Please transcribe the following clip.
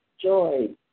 joy